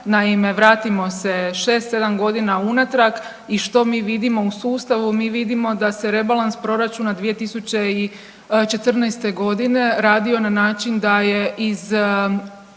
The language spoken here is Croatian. Naime, vratimo se 6-7 godina unatrag i što mi vidimo u sustavu, mi vidimo da se rebalans proračuna 2014. godine radio na način da je iz